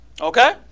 Okay